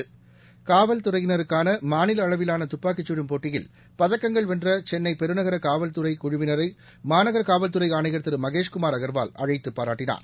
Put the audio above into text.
போட்டயில் காவல்துறையினருக்கானமாநிலஅளவிலானதுப்பாக்கிச் சுடும் பதக்கங்கள் வெள்றசென்னைபெருநகரகாவல்துறைகுழுவினரைமாநகரகாவல்துறைஆணையா் திருமகேஷ்குமாா் அகா்வால் அழைத்துபாராட்டினார்